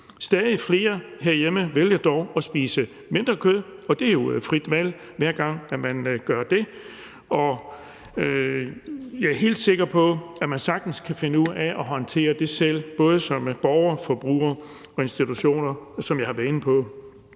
Stadig flere herhjemme vælger dog at spise mindre kød, og det er jo et frit valg, hver gang man gør det. Jeg er helt sikker på, at man sagtens kan finde ud af at håndtere det selv, både som borger, forbruger og institution, som jeg har været inde på.